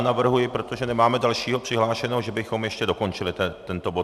Navrhuji, protože nemáme dalšího přihlášeného, že bychom ještě dokončili tento bod.